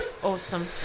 Awesome